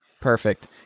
Perfect